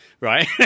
Right